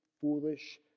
foolish